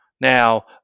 now